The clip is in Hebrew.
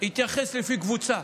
התייחס לפי קבוצה.